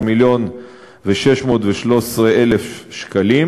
18,613,000 שקלים,